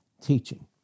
teaching